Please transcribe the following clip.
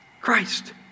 Christ